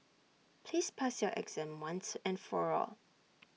please pass your exam once and for all